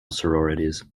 sororities